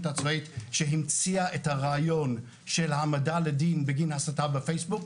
הצבאית שהמציאה את הרעיון של העמדה לדין בגין הסתה בפייסבוק.